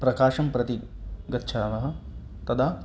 प्रकाशं प्रति गच्छामः तदा